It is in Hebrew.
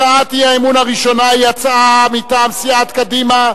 הצעת האי-אמון הראשונה היא הצעה מטעם סיעת קדימה,